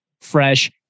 fresh